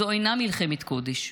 זו אינה מלחמת קודש,